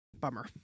Bummer